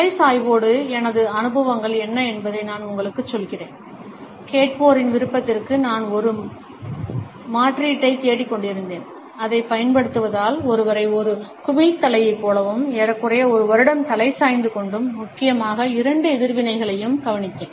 தலை சாய்வோடு எனது அனுபவங்கள் என்ன என்பதை நான் உங்களுக்குச் சொல்கிறேன் கேட்போரின் விருப்பத்திற்கு நான் ஒரு மாற்றீட்டைத் தேடிக்கொண்டிருந்தேன் அதைப் பயன்படுத்துவதால் ஒருவரை ஒரு குமிழ் தலையைப் போலவும் ஏறக்குறைய ஒரு வருடம் தலை சாய்த்துக் கொண்டும் முக்கியமாக இரண்டு எதிர்வினைகளையும் கவனித்தேன்